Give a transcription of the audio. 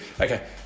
Okay